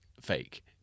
fake